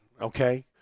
okay